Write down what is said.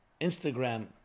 Instagram